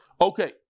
Okay